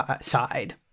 side